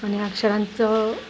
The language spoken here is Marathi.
आणि अक्षरांचं